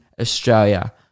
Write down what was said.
Australia